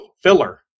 filler